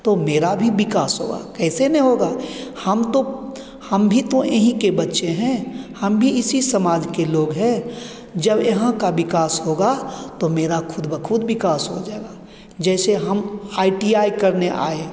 तो मेरा भी विकास होगा कैसे नहीं होगा हम तो हम भी तो यहीं के बच्चे हैं हम भी इसी समाज के लोग हैं जब यहाँ का विकास होगा तो मेरा खुद ब खुद विकास हो जाएगा जैसे हम आई टी आई करने आएँ